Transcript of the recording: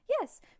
Yes